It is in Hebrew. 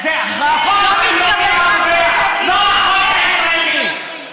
זה החוק, לא החוק הישראלי.